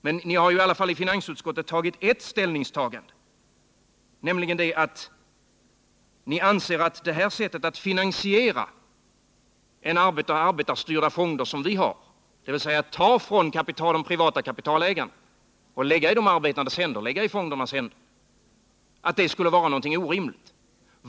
Men ni har i alla fall i finansutskottet gjort ett ställningstagande, nämligen att ni anser att det sätt att finansiera arbetarstyrda fonder som vi föreslår, dvs. att ta från de privata kapitalägarna och lägga i de arbetandes händer — i fondernas händer — skulle vara någonting orimligt.